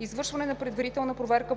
Извършване на предварителна проверка